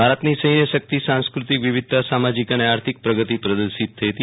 ભારતની સન્યર્શાકત સાંસ્કૃતિક વિવિધતા સામાજિક અને આર્થિક પ્રગતિ પ્રદર્શિત થઈ હતી